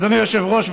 אדוני היושב-ראש,